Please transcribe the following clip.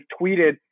tweeted